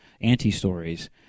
anti-stories